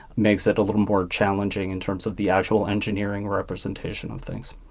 makes it a little more challenging in terms of the actual engineering representation of things.